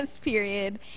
period